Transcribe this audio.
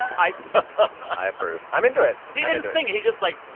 i ah ah i approve. i'm into it he didn't sing. he just, like.